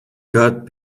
got